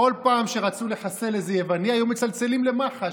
בכל פעם שרצו לחסל איזה יווני היו מצלצלים למח"ש,